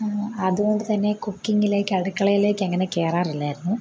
അതുകൊണ്ട് തന്നെ കുക്കിംഗിലേക്ക് അടുക്കളയിലേക്ക് അങ്ങനെ കയറാറില്ലായിരുന്നു